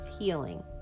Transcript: healing